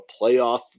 playoff